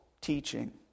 teaching